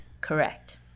Correct